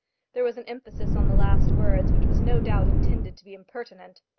there was an emphasis on the last words which was no doubt intended to be impertinent.